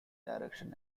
direction